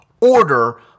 order